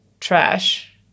trash